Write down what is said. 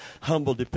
humble